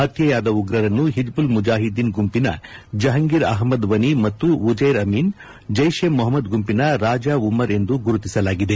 ಪತ್ತೆಯಾದ ಉಗ್ರರನ್ನು ಹಿಜ್ಲಲ್ ಮುಜಾಹಿದ್ದೀನ್ ಗುಂಪಿನ ಜಹಂಗೀರ್ ಅಹ್ಲದ್ ವನಿ ಮತ್ತು ಉಜ್ಲೆರ್ ಅಮೀನ್ ಜೈಷ್ ಎ ಮೊಹಮ್ನದ್ ಗುಂಪಿನ ರಾಜ ಉಮರ್ ಎಂದು ಗುರುತಿಸಲಾಗಿದೆ